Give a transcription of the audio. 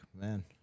Man